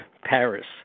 paris